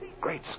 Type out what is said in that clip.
Great